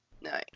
No